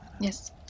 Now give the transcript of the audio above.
Yes